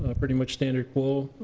ah pretty much standard quo.